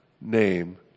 name